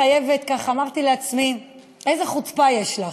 אמרתי לעצמי: איזו חוצפה יש לך.